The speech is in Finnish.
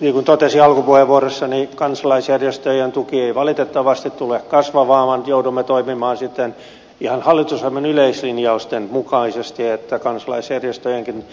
niin kuin totesin alkupuheenvuorossani kansalaisjärjestöjen tuki ei valitettavasti tule kasvamaan vaan joudumme toimimaan sitten ihan hallitusohjelman yleislinjausten mukaisesti joten kansalaisjärjestöjenkin